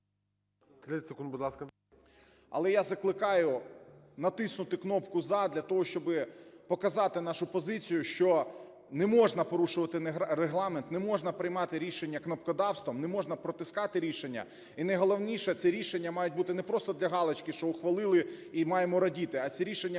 …але я закликаю натиснути кнопку "за" для того, щоби показати нашу позицію, що не можна порушувати Регламент, не можна приймати рішення "кнопкодавством", не можна протискати рішення і найголовніше, ці рішення мають бути не просто для "галочки", що ухвалили і маємо радіти, а ці рішення